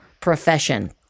profession